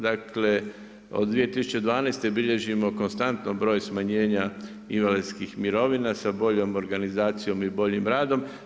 Dakle, od 2012. bilježimo konstantno broj smanjenja invalidskih mirovina sa boljom organizacijom i boljim radom.